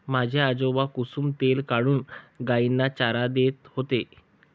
माझे आजोबा कुसुम तेल काढून गायींना चारा देत होते